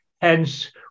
Hence